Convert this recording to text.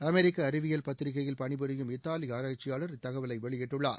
அமெரிக்க அறிவியல் பத்திரிகையில் பணிபுரியும் இத்தாலி ஆராய்ச்சியாளர் இத்தகவலை வெளியிட்டுள்ளார்